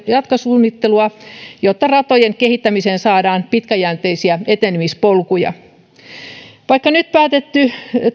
jatkosuunnittelua jotta ratojen kehittämiseen saadaan pitkäjänteisiä etenemispolkuja vaikka nyt päätetty